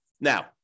Now